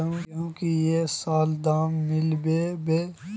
गेंहू की ये साल दाम मिलबे बे?